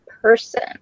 person